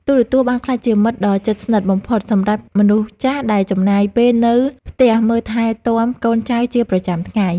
ទូរទស្សន៍បានក្លាយជាមិត្តដ៏ជិតស្និទ្ធបំផុតសម្រាប់មនុស្សចាស់ដែលចំណាយពេលនៅផ្ទះមើលថែទាំកូនចៅជាប្រចាំថ្ងៃ។